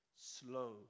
Slow